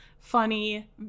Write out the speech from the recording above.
funny